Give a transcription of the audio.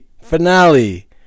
Finale